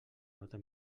nota